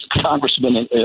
congressman